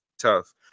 tough